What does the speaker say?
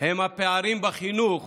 הם הפערים בחינוך